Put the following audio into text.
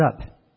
up